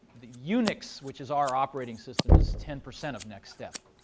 unix, which is our operating system, is ten percent of nextstep.